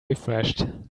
refreshed